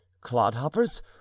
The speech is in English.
clodhoppers